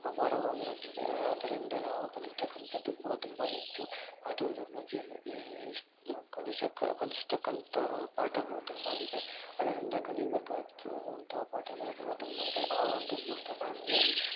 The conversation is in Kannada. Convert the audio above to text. ಅಪಾರವಾಗಿರುತ್ತದೆ ಆದ್ದರಿಂದ ನಾವು ಕಲಿಯತಕ್ಕಂಥದ್ದು ಕೂಡ ತುಂಬ ಹೆಚ್ಚು ಅದು ನಮಗೆ ಎಷ್ಟು ಕಲಿಸತಕ್ಕ ಕಲಿಸ್ತಕ್ಕಂತಹ ಪಾಠಗಳು ತುಂಬ ಇದೆ ಅದರಿಂದ ಕಲಿಬೇಕಾದುದಂಥ ಪಾಠಗಳು ಕೂಡ ತುಂಬ ಇದೆ ಆ ಒಂದು ಪುಸ್ತಕ ನನಗೆ